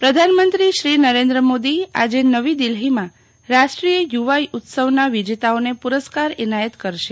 યુવા ઉત્સવ પ્રધાનમંત્રીશ્રી નરેન્દ્ર મોદીએ આજે નવી દીલ્ફીમાં રાષ્ટ્રીય યુવા ઉત્સવના વિજેતાઓને પુરસ્કાર એનાયત કરશે